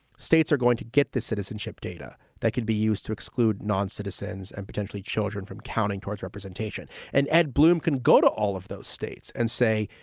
states are going to get the citizenship data that could be used to exclude non-citizens and potentially children from counting towards representation. and ed blum can go to all of those states and say,